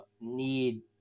need